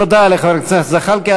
תודה לחבר הכנסת זחאלקה.